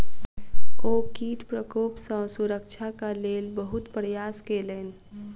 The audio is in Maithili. ओ कीट प्रकोप सॅ सुरक्षाक लेल बहुत प्रयास केलैन